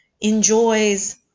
enjoys